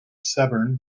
severn